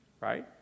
right